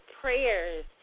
prayers